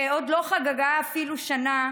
שעוד לא חגגה אפילו שנה,